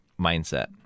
mindset